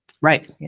right